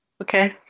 Okay